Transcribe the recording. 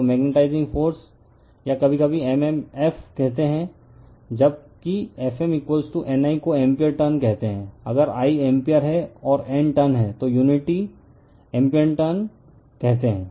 तो magnetising force या कभी कभी mmf कहते हैं जब कि Fm N I को एम्पीयर टर्न कहते हैं अगर I एम्पीयर है और N टर्न है तो यूनिटी एम्पीयर टर्न कहते हैं